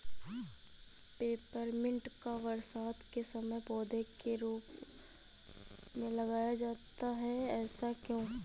Peppermint को बरसात के समय पौधे के रूप में लगाया जाता है ऐसा क्यो?